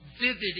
vivid